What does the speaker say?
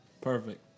Perfect